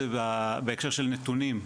זה בהקשר של נתונים,